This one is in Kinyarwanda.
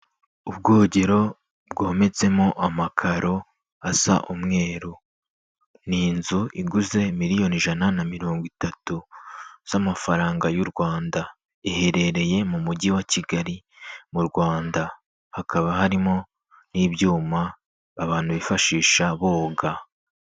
Ubwogero bwometsemo amakaro asa umweru. Ni inzu iguze miliyoni ijana na mirongo itatu z'amafaranga y'u Rwanda. Iherereye mu mujyi wa Kigali mu Rwanda. Hakaba harimo n'ibyuma abantu bifashisha boga.